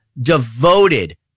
devoted